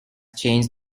changed